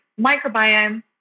microbiome